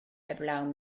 heblaw